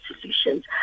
solutions